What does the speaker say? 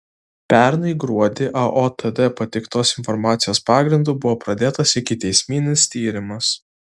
pernai gruodį aotd pateiktos informacijos pagrindu buvo pradėtas ikiteisminis tyrimas